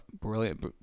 brilliant